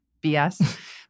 BS